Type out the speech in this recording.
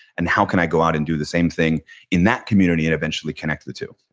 and how can i go out and do the same thing in that community and eventually connect the two?